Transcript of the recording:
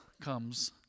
comes